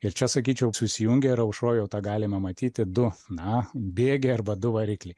ir čia sakyčiau susijungia ir aušroj jau tą galime matyti du na bėgiai arba du varikliai